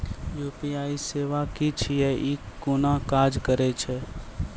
UPI सेवा की छियै? ई कूना काज करै छै?